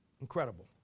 Incredible